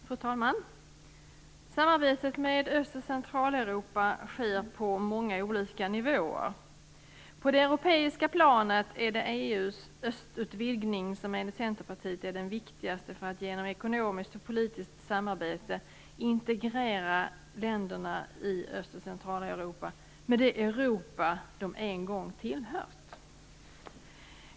Fru talman! Samarbetet med Öst och Centraleuropa sker på många olika nivåer. På det europeiska planet är det EU:s östutvidgning som enligt Centerpartiet är det viktigaste för att genom ekonomiskt och politiskt samarbete integrera länderna i Öst och Centraleuropa med det Europa de en gång tillhört.